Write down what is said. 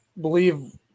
believe